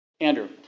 Andrew